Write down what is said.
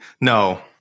no